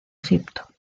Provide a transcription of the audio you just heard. egipto